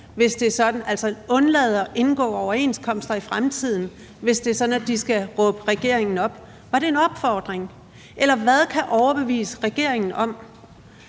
hvis det er sådan, at de skal råbe regeringen op. Var det en opfordring? Hvad kan overbevise regeringen om,